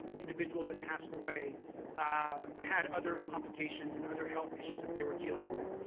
individuals that passed away had other complications and other health issues that they were dealing with.